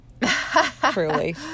Truly